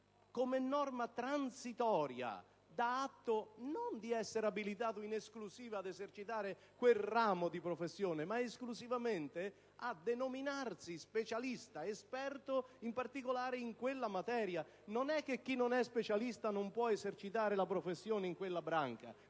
una norma transitoria concede la facoltà non di essere abilitato in esclusiva ad esercitare quel ramo di professione, ma esclusivamente a denominarsi specialista esperto in quella particolare materia. Non è che chi non è specialista non può esercitare la professione in quella branca: